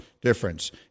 difference